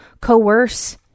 coerce